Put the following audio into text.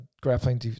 grappling